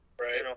Right